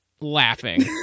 laughing